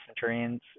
centurions